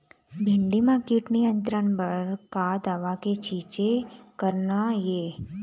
भिंडी म कीट नियंत्रण बर का दवा के छींचे करना ये?